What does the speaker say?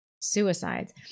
suicides